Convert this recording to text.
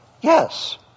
yes